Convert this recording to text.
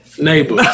neighbor